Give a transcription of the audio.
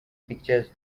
pictures